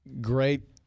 great